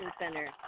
center